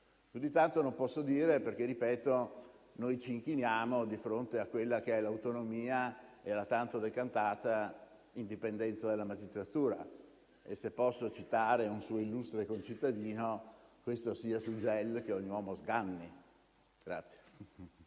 di tanto non posso dire perché - ripeto - noi ci inchiniamo di fronte a quelle che sono l'autonomia e la tanto decantata indipendenza della magistratura. Se posso citare un suo illustre concittadino, «e questo fia suggel ch'ogn'omo sganni».